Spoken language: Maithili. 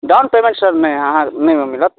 डाउन पेमेन्ट सर नहि अहाँ ओतनेमे मिलत